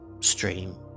stream